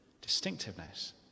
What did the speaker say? distinctiveness